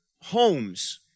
homes